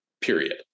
Period